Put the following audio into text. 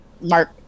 Mark